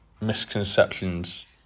misconceptions